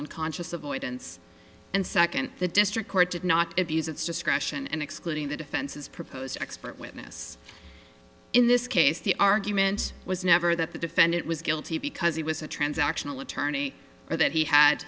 on conscious avoidance and second the district court did not abuse its discretion and excluding the defense's proposed expert witness in this case the argument was never that the defendant was guilty because he was a transactional attorney or that he had